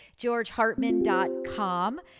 GeorgeHartman.com